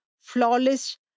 flawless